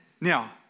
Now